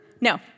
No